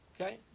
Okay